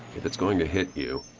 if it's going to hit you,